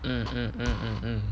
mm mm mm mm mm